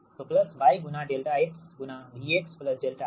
तो plus y ∆x गुना V x x